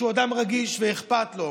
שהוא אדם רגיש ואכפת לו,